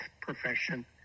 profession